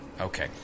Okay